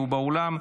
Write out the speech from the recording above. הוא באולם.